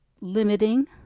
limiting